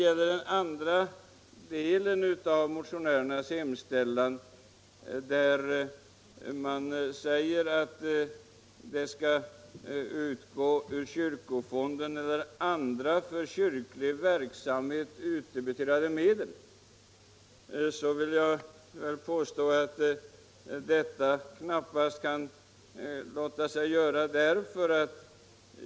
I den andra delen av motionärernas hemställan säger man att bidrag skall utgå ur ”kyrkofonden eller andra för kyrklig verksamhet utdebiterade medel.” Det vill jag påstå knappast kan låta sig göras.